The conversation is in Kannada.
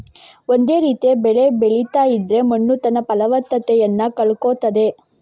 ಒಂದೇ ರೀತಿಯ ಬೆಳೆ ಬೆಳೀತಾ ಇದ್ರೆ ಮಣ್ಣು ತನ್ನ ಫಲವತ್ತತೆಯನ್ನ ಕಳ್ಕೊಳ್ತದೆ